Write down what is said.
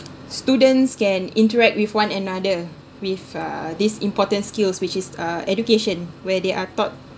students can interact with one another with uh this important skills which is uh education where they are taught